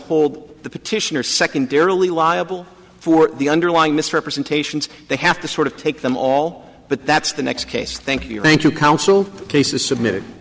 hold the petitioner secondarily liable for the underlying misrepresentations they have to sort of take them all but that's the next case thank you thank you counsel cases submitted